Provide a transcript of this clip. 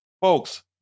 Folks